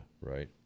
right